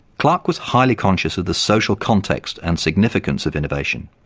clark was highly conscious of the social context and significance of innovation.